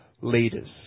leaders